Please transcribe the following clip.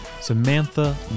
Samantha